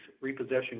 repossession